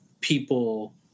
people